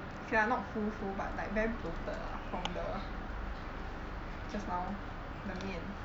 okay lah not full full but like very bloated lah from the just now the 面